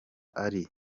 ari